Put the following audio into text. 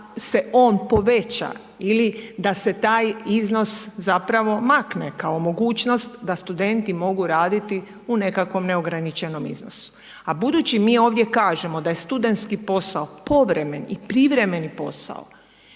se on poveća ili da se taj iznos zapravo makne kao mogućnost da studenti mogu raditi u nekakvom neograničenom iznosu. A budući mi ovdje kažemo da je studentski posao povremen i privremen posao,